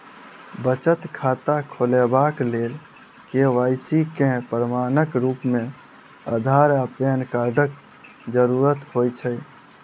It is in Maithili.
बचत खाता खोलेबाक लेल के.वाई.सी केँ प्रमाणक रूप मेँ अधार आ पैन कार्डक जरूरत होइ छै